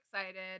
excited